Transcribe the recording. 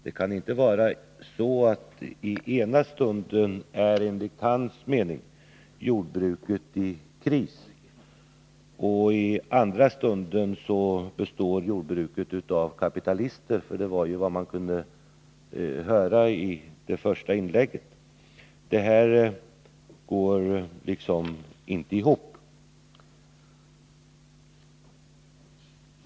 Det kan inte vara så att i den ena stunden är jordbruket i kris och i den andra stunden består jordbruket av kapitalister. Det var vad man kunde höra i Åke Wictorssons första inlägg, men det går inte ihop.